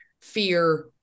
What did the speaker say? fear